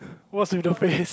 what's with the face